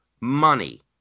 money